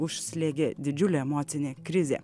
užslėgė didžiulė emocinė krizė